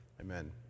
Amen